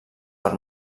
per